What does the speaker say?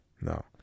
No